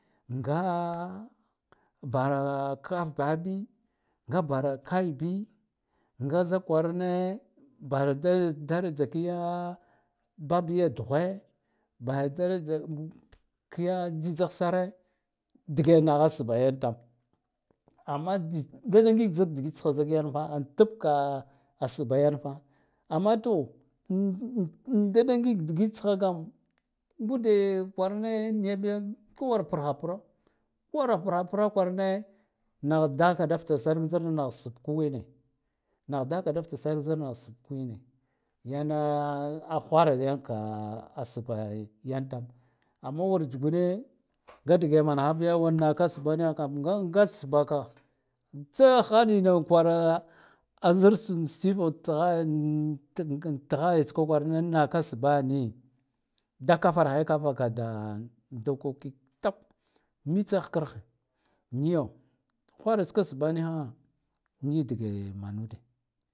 Nga bara kaff bahabi nga bara kai bi nga zak kwarane bara ki daraja ki bab ya duheve bara daraja kiya tsitsah sane dige naha sbba yane tam amma tsitsa nge na ngig digit tsha zak yanfa a tab ka sbba yan fa amma to da ngig digit tsha ngude kwarana niya biyo kwara par ha pro kowar prapra kwarane nah daka da ftasare zarna sbb ku wine nah daka daf tasak zarna sabkwine yane hwara yan ka sbba yan tam amma wur jiguwa nga dige manaha biyo war naka sbbo niha kam gaf sbba ka tsa hanina kwara zara tsif ta hayya anta hayya tska naka sbba ni da katarhe kata ka da dokoki mits hkarɗ niyo hwara tska sba niha ni dige manude.